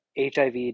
HIV